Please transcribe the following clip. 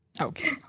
okay